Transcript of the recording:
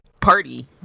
party